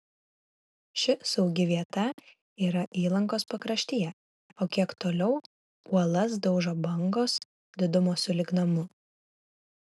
ši saugi vieta yra įlankos pakraštyje o kiek toliau uolas daužo bangos didumo sulig namu